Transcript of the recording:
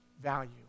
value